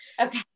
okay